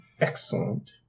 Excellent